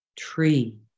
tree